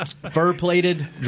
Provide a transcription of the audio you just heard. Fur-plated